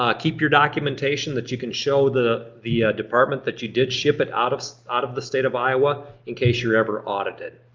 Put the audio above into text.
um keep your documentation that you can show the the department that you did ship it out of so out of the state of ah ah in case you're ever audited.